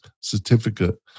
certificate